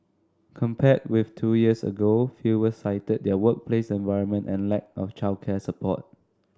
compared with two years ago fewer cited their workplace environment and lack of childcare support